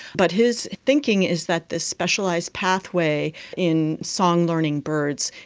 but his thinking is that this specialised pathway in song learning birds,